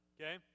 Okay